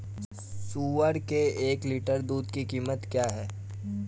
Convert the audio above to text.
सुअर के एक लीटर दूध की कीमत क्या है?